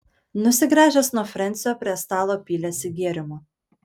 nusigręžęs nuo frensio prie stalo pylėsi gėrimo